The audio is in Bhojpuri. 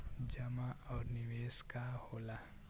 जमा और निवेश का होला?